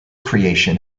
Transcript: creation